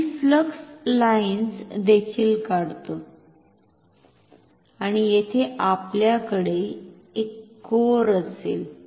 आणि मी flux lines देखील काढतो आणि येथे आपल्याकडे एक कोअर असेल